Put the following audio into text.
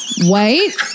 Wait